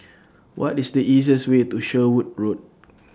What IS The easiest Way to Sherwood Road